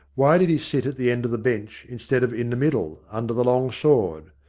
why did he sit at the end of the bench, instead of in the middle, under the long sword?